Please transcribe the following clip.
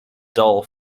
dull